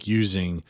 using